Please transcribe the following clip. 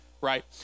Right